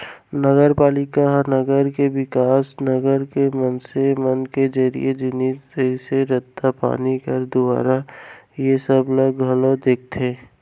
नगरपालिका ह नगर के बिकास, नगर के मनसे मन के जरुरी जिनिस जइसे रद्दा, पानी, घर दुवारा ऐ सब ला घलौ देखथे